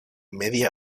media